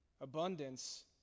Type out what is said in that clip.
abundance